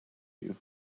you